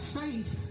faith